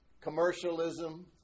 commercialism